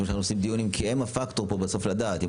כי הם הפקטור פה בסוף לדעת.